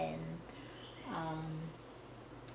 and hmm